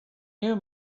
you